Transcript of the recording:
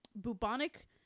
Bubonic